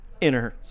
inner